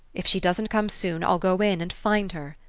if she doesn't come soon i'll go in and find her,